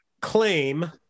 claim